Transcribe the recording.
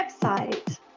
website